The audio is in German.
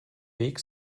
weg